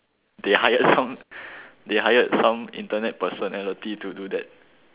they hired some they hired some Internet person to do that